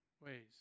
ways